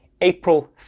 April